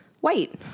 white